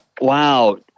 wow